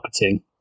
marketing